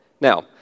Now